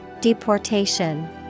Deportation